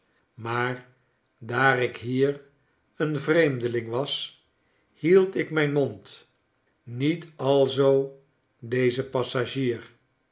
maar daar ikhier een vreemdeling was hield ik mijn mond niet alzoo deze passagier